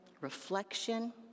reflection